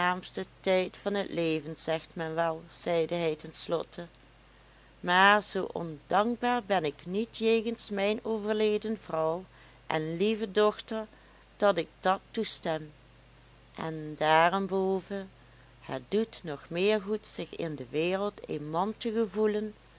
aangenaamste tijd van t leven zegt men wel zeide hij ten slotte maar zoo ondankbaar ben ik niet jegens mijn overleden vrouw en lieve dochter dat ik dat toestem en daarenboven het doet nog meer goed zich in de wereld een man te gevoelen